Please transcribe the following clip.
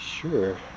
Sure